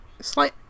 slight